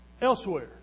elsewhere